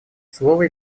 слово